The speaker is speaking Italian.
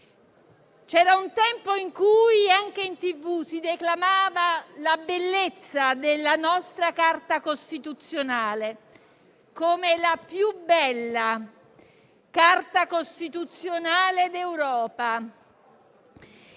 C'era un tempo in cui, anche in TV, si declamava la bellezza della nostra Carta costituzionale come la più bella d'Europa.